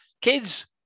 Kids